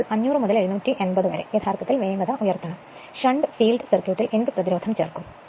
അതിനാൽ 500 മുതൽ 750 വരെ യഥാർത്ഥത്തിൽ വേഗത ഉയർത്തണം ഷണ്ട് ഫീൽഡ് സർക്യൂട്ടിൽ എന്ത് പ്രതിരോധം ചേർക്കണം